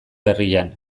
berrian